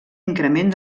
increment